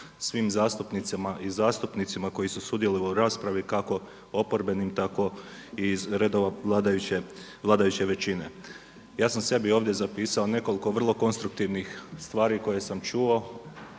svim zastupnicima i zastupnicama koji su sudjelovali u raspravu kako oporbenim tako i iz redova vladajuće većine. Ja sam sebi ovdje zapisao nekoliko vrlo konstruktivnih stvari koje sam čuo